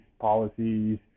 policies